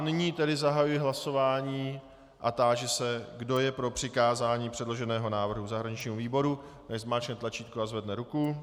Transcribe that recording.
Nyní tedy zahajuji hlasování a táži se, kdo je pro přikázání předloženého návrhu zahraničnímu výboru, nechť zmáčkne tlačítko a zvedne ruku.